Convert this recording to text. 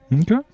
okay